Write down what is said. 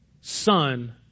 son